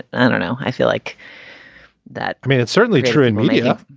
i don't know. i feel like that i mean, it's certainly true in media